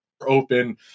open